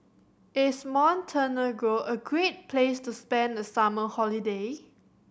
is Montenegro a great place to spend the summer holiday